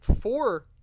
four